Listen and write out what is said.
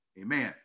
amen